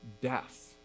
death